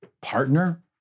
partner